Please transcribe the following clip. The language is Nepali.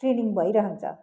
ट्रेनिङ भइरहन्छ